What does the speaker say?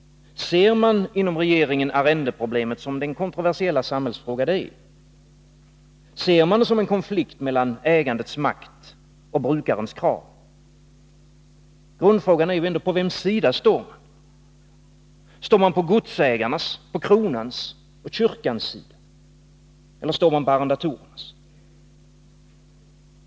Ser man inom regeringen arrendeproblemet som den kontroversiella samhällsfråga det är? Ser man det som en konflikt mellan ägandets makt och brukarens krav? Grundfrågan är ändå: På vems sida står man? Står man på godsägarnas, kronans och kyrkans sida — eller står man på arrendatorernas?